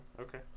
Okay